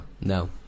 No